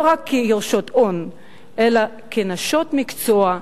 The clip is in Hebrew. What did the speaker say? לא רק כיורשות הון אלא כנשות מקצוע,